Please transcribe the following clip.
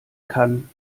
kann